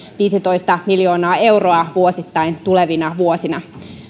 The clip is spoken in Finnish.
viisitoista miljoonaa euroa vuosittain tulevina vuosina